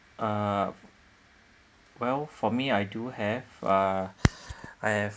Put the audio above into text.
uh well for me I do have uh I have